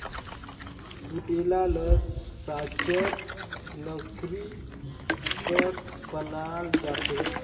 कुटेला ल साचर लकरी कर बनाल जाथे